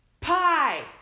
pie